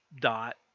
dot